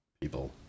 people